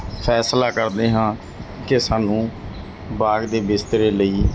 ਫੈਸਲਾ ਕਰਦੇ ਹਾਂ ਕਿ ਸਾਨੂੰ ਬਾਗ ਦੇ ਬਿਸਤਰੇ ਲਈ